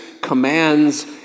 commands